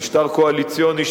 במשטר קואליציוני,